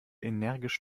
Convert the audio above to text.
energisch